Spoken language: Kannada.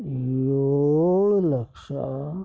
ಏಳು ಲಕ್ಷ